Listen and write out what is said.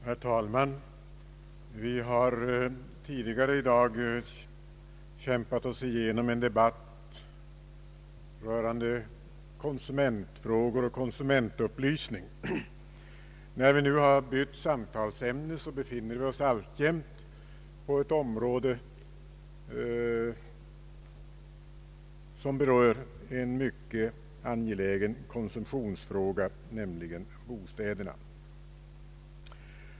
Herr talman! Vi har tidigare i dag kämpat oss igenom en debatt rörande konsumentfrågor och konsumentupplysning. När vi nu har bytt samtalsämne befinner vi oss alltjämt på ett område som berör en mycket angelägen konsumtionsfråga, nämligen bostäderna.